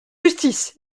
justice